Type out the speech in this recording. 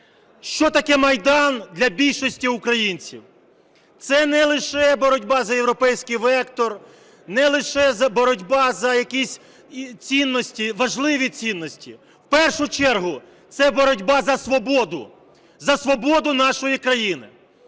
Що таке Майдан для більшості українців? Це не лише боротьба за європейський вектор, не лише боротьба за якісь цінності, важливі цінності – в першу чергу це боротьба за свободу, за свободу нашої країни.